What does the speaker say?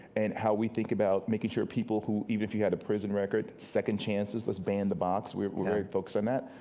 and how we think about making sure people, even if you have a prison record, second chances. let's ban the box, we're very focused on that.